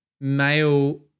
male